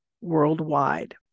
worldwide